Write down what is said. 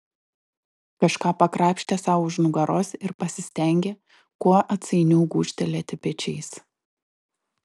kažką pakrapštė sau už nugaros ir pasistengė kuo atsainiau gūžtelėti pečiais